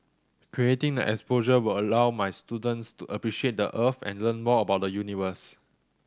creating the exposure will allow my students to appreciate the Earth and learn more about the universe